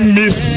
miss